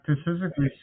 specifically